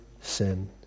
sin